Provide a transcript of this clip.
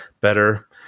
better